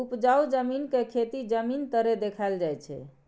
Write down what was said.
उपजाउ जमीन के खेती जमीन तरे देखाइल जाइ छइ